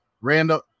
random